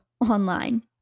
online